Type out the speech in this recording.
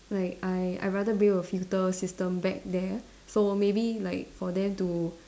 like I I rather bring a filter system back there so maybe like for them to